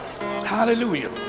Hallelujah